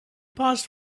paused